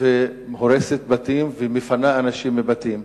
והורסת בתים ומפנה אנשים מבתים?